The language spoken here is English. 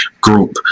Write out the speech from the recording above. group